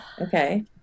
okay